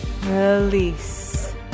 release